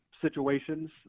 situations